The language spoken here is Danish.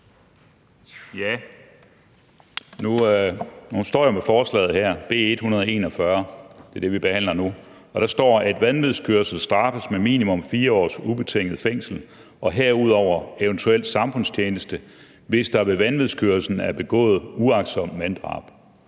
Nu står jeg med forslaget her, B 141. Det er det, vi behandler nu. Der står: »At vanvidskørsel straffes med minimum 4 års ubetinget fængsel og herudover eventuelt samfundstjeneste, hvis der ved vanvidskørslen er begået uagtsomt manddrab.«